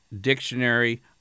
dictionary